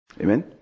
Amen